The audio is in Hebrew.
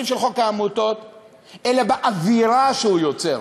של חוק העמותות אלא באווירה שהוא יוצר.